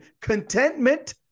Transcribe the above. contentment